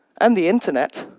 and the internet.